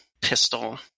pistol